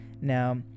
now